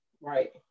Right